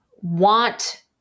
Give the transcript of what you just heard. want